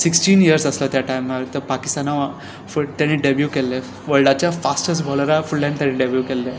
sixteen years आसलो त्या टायमार तो पाकिस्ताना वांगडा ताणें डेब्यू केल्ले वल्डाच्या फास्टस बॉलरा फुडल्यान ताणें डेब्यू केल्ले